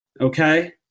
Okay